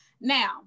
Now